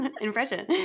impression